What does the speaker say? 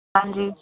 ਹਾਂਜੀ